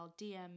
DM